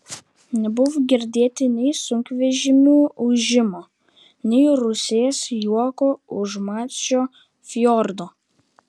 nebuvo girdėti nei sunkvežimių ūžimo nei rusės juoko už mačio fjordo